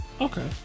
Okay